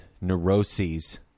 neuroses